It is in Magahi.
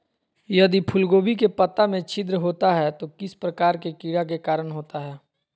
यदि फूलगोभी के पत्ता में छिद्र होता है तो किस प्रकार के कीड़ा के कारण होता है?